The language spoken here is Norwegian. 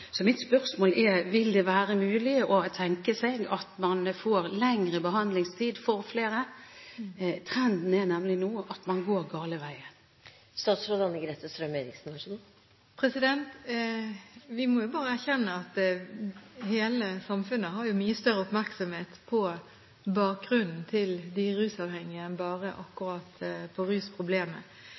Så mitt spørsmål er: Vil det være mulig å tenke seg at man får lengre behandlingstid for flere? Trenden er nemlig nå at man går den gale veien. Vi må jo bare erkjenne at hele samfunnet har mye større oppmerksomhet på bakgrunnen til de rusavhengige enn bare akkurat på